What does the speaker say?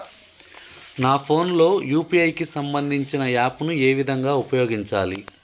నా ఫోన్ లో యూ.పీ.ఐ కి సంబందించిన యాప్ ను ఏ విధంగా ఉపయోగించాలి?